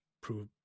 prove